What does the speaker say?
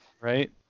Right